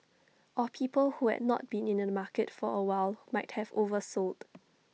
or people who had not been in the market for A while might have oversold